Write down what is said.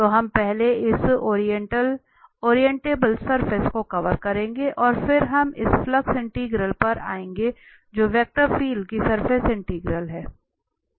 तो हम पहले इस ओरिएंटेब्ल सरफेस को कवर करेंगे और फिर हम इस फ्लक्स इंटीग्रल पर आएंगे जो वेक्टर फील्ड की सरफेस इंटीग्रल है